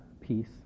peace